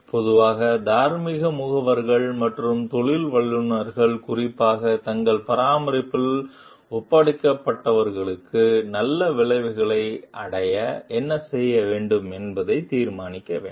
பொதுவாக தார்மீக முகவர்கள் மற்றும் தொழில் வல்லுநர்கள் குறிப்பாக தங்கள் பராமரிப்பில் ஒப்படைக்கப்பட்டவர்களுக்கு நல்ல விளைவுகளை அடைய என்ன செய்ய வேண்டும் என்பதை தீர்மானிக்க வேண்டும்